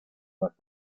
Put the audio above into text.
más